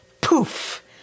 poof